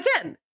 again